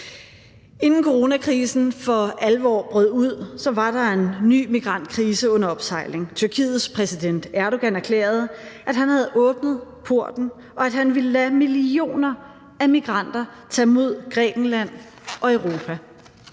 Inden coronakrisen for alvor brød ud, var der en ny migrantkrise under opsejling. Tyrkiets præsident Erdogan erklærede, at han havde åbnet porten, og at han ville lade millioner af migranter tage mod Grækenland og Europa.